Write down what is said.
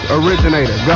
originator